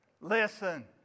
Listen